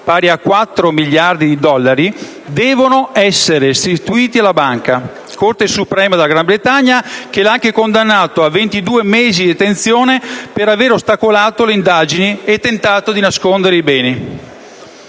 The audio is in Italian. pari a 4 miliardi di dollari, devono essere restituiti alla banca. La Corte suprema della Gran Bretagna l'ha anche condannato a 22 mesi di detenzione per aver ostacolato le indagini e tentato di nascondere i beni.